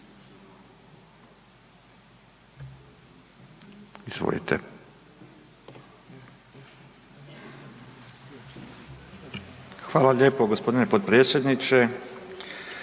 (SDP)** Hvala lijepo gospodine potpredsjedniče.